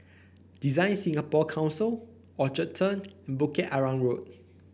Design Singapore Council Orchard Turn and Bukit Arang Road